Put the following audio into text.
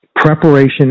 preparation